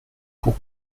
pour